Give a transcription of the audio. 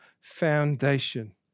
foundation